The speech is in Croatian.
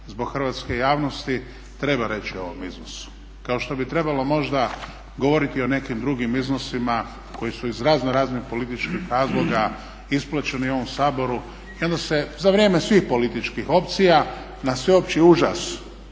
zbog hrvatske javnosti treba reći o ovom iznosu. Kao što bi trebalo možda govoriti o nekim drugim iznosima koji su iz raznoraznih političkih razloga isplaćeni u ovom Saboru i onda se za vrijeme svih političkih opcija na sveopći užas,